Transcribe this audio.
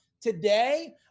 Today